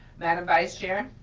madam vice chair?